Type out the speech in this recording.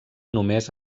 només